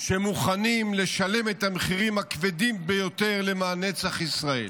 שמוכנים לשלם את המחירים הכבדים ביותר למען נצח ישראל.